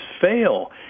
fail